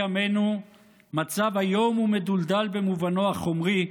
ימינו מצב איום ומדולדל במובנו החומרי,